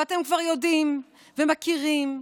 ואתם כבר יודעים ומכירים,